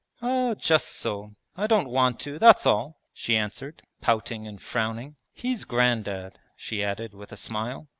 oh, just so. i don't want to, that's all she answered, pouting and frowning. he's grandad she added with a smile.